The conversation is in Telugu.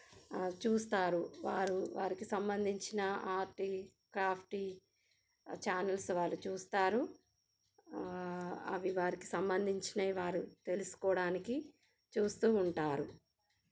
చూస్తారు వారు వారికి సంబంధించిన ఆర్టి క్రాఫ్టి ఛానెల్స్ వాళ్ళు చూస్తారు అవి వారికి సంబంధించినవి వారు తెలుసుకోవడానికి చూస్తూ ఉంటారు